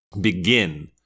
begin